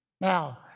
Now